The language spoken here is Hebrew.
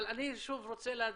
אבל אני רוצה שוב להדגיש,